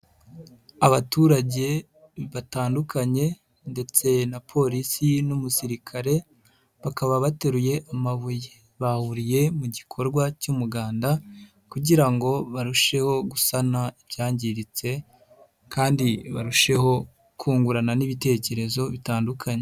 Abaturage batandukanye ndetse na Polisi n'umusirikare bakaba bateruye amabuye, bahuriye mu gikorwa cy'umuganda kugira ngo barusheho gusana ibyangiritse kandi barusheho kungurana n'ibitekerezo bitandukanye.